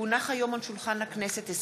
היום על שולחן הכנסת,